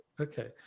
Okay